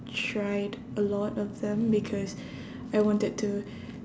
tried a lot of them because I wanted to